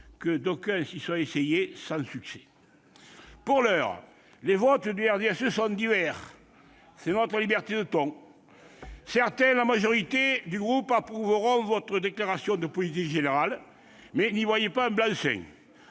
que d'aucuns s'y sont essayés sans succès ... Pour l'heure, les votes au sein du groupe du RDSE seront divers ; c'est notre liberté de ton. Certains, la majorité des membres du groupe, approuveront votre déclaration de politique générale. Mais n'y voyez pas un blanc-seing